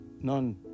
None